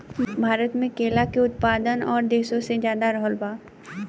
भारत मे केला के उत्पादन और देशो से ज्यादा रहल बा